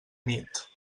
nit